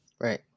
Right